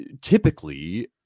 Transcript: typically